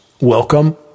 Welcome